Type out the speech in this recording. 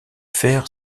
fer